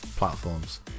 platforms